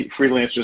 freelancers